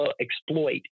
exploit